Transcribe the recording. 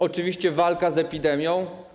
Oczywiście walka z epidemią.